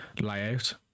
layout